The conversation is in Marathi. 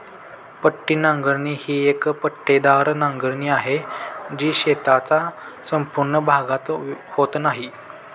पट्टी नांगरणी ही एक पट्टेदार नांगरणी आहे, जी शेताचा संपूर्ण भागात होत नाही